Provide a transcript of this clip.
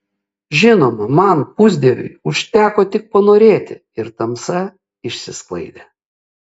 žinoma man pusdieviui užteko tik panorėti ir tamsa išsisklaidė